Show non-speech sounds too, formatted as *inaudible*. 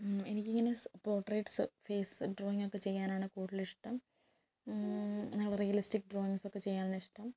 എനിക്കിങ്ങനെ സ് portraits face ഡ്രോയിങ്ങൊക്കെ ചെയ്യാനാണ് കൂടുതൽ ഇഷ്ടം *unintelligible* റിയലിസ്റ്റിക് ഡ്രോയിങ്സൊക്കെ ചെയ്യാനാണിഷ്ടം